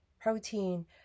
Protein